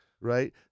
right